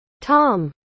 Tom